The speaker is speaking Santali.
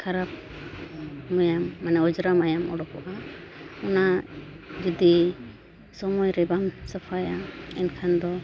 ᱠᱷᱟᱨᱟᱯ ᱢᱟᱭᱟᱢ ᱢᱟᱱᱮ ᱚᱡᱽᱨᱟ ᱢᱟᱭᱟᱢ ᱚᱰᱩᱠᱚᱜᱼᱟ ᱚᱱᱟ ᱡᱩᱫᱤ ᱥᱚᱢᱚᱭ ᱨᱮ ᱵᱟᱢ ᱥᱟᱯᱷᱟᱭᱟ ᱮᱱᱠᱷᱟᱱ ᱫᱚ